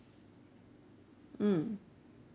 mm